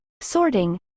sorting